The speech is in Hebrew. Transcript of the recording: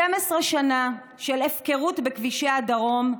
12 שנה של הפקרות בכבישי הדרום,